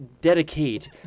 dedicate